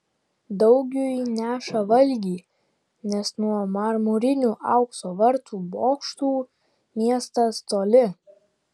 daugiui neša valgį nes nuo marmurinių aukso vartų bokštų miestas toli